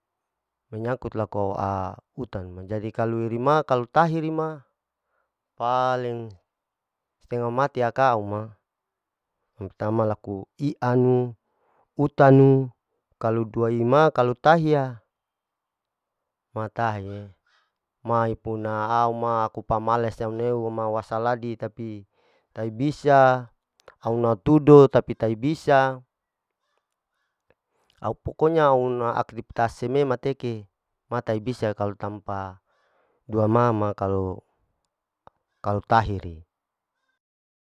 Menyangkut laku aa utanu menjadi kalu rima kalu tahi rima paling stenga mati aka uma, yang petama laku ianu, utanu, kalu duaima kalu tahiya ma tahaye, mae puna au ma aku pamalas au neu wasaladi tapi tahai bisa au na tudo tapi tak bisa au pokoknya auna akripate seme mateke, ma tahi bisa kalu tampa dua ma ma kalu, kalu taheri.